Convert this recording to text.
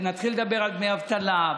נתחיל לדבר על דמי אבטלה,